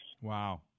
Wow